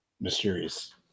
Mysterious